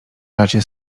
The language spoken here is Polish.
razie